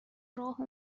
راهو